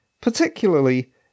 particularly